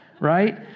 right